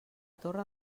torre